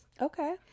okay